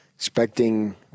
expecting